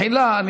מחילה,